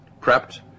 prepped